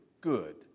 good